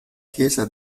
chiesa